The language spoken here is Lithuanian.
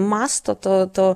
masto to to